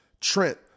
Trent